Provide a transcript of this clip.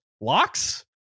Locks